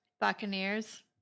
Buccaneers